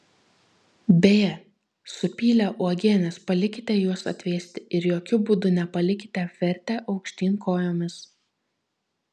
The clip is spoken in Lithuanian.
beje supylę uogienes palikite juos atvėsti ir jokiu būdu nepalikite apvertę aukštyn kojomis